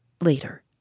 Later